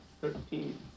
Thirteen